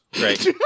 right